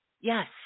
Yes